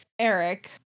Eric